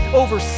over